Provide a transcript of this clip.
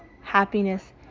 happiness